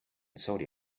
saudi